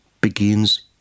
begins